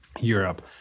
Europe